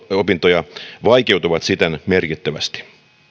opintoja vaikeutuvat siten merkittävästi